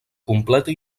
completa